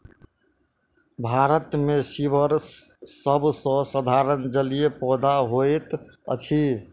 भारत मे सीवर सभ सॅ साधारण जलीय पौधा होइत अछि